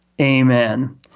Amen